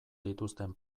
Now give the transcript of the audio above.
dituzten